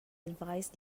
advise